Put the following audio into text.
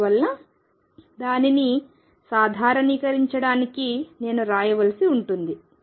అందువల్ల దానిని సాధారణీకరించడానికి నేను రాయవలసి ఉంటుంది